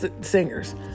singers